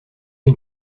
une